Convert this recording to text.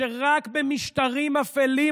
שרק במשטרים אפלים,